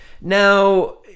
Now